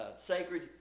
sacred